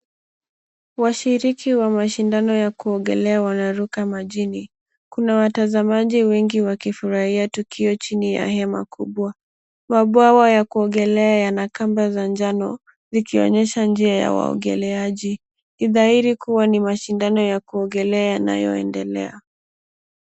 Washiriki wa mashindano ya kuogelea wanaruka majini. Kuna watazamaji wengi wakifurahia tukio chini ya hema kubwa. Mabwawa ya kuogelea yana kamba za njano likionyesha njia ya waogeleaji. Ni dhahiri kuwa ni mashindano ya kuogelea yanayoendelea.